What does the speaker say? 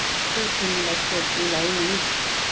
त्यही तिमीलाई सोध्नुलाई नि